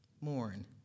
Mourn